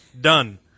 Done